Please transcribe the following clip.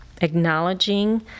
acknowledging